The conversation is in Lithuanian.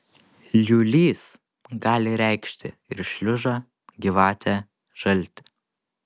liūlys gali reikšti ir šliužą gyvatę žaltį